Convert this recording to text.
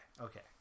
Okay